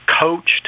coached